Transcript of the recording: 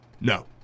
No